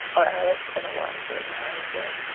are alec and alonzo married yet?